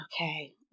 Okay